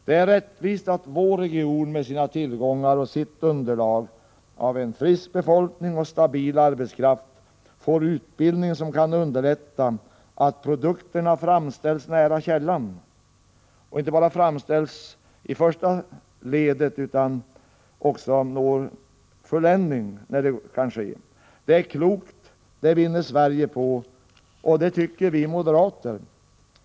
Det är rättvist att vår region, med sina tillgångar och sitt underlag i fråga om en frisk befolkning och stabil arbetskraft, får utbildning som kan underlätta att produkterna framställs nära källan — och inte bara framställs i ett första led utan också når fulländning, när det kan ske. Det är klokt — det vinner Sverige på. Och det tycker vi moderater.